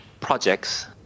projects